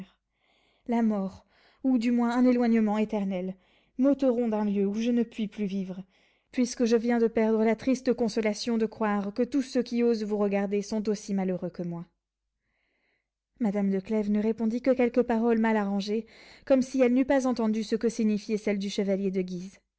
la mort ou du moins un éloignement éternel m'ôteront d'un lieu où je ne puis plus vivre puisque je viens de perdre la triste consolation de croire que tous ceux qui osent vous regarder sont aussi malheureux que moi madame de clèves ne répondit que quelques paroles mal arrangées comme si elle n'eût pas entendu ce que signifiaient celles du chevalier de guise